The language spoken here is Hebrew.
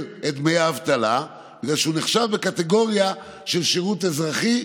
את דמי האבטלה בגלל שהוא נחשב בקטגוריה של שירות אזרחי.